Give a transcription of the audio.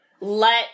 Let